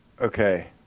Okay